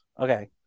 Okay